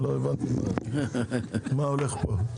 לא הבנתי מה הולך פה.